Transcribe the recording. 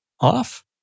off